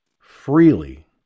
freely